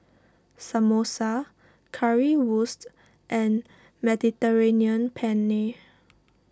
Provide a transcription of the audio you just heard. Samosa Currywurst and Mediterranean Penne